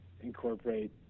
incorporate